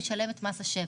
הוא ישלם את מס השבח.